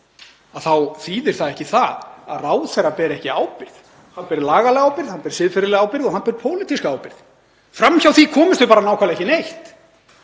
þá þýðir það ekki að ráðherra beri ekki ábyrgð. Hann ber lagalega ábyrgð, hann ber siðferðilega ábyrgð og hann ber pólitíska ábyrgð. Fram hjá því komumst við bara nákvæmlega ekki neitt.